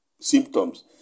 symptoms